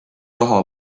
raha